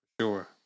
Sure